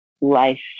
life